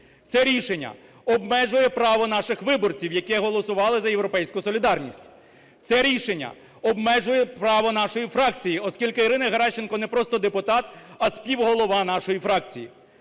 Це рішення обмежує право наших виборців, які голосували за "Європейську солідарність". Це рішення обмежує право нашої фракції. Оскільки Ірина Геращенко не просто депутат, а співголова нашої фракції.